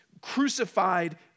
crucified